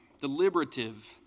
deliberative